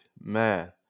man